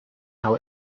how